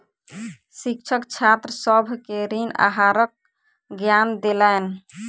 शिक्षक छात्र सभ के ऋण आहारक ज्ञान देलैन